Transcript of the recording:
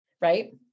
Right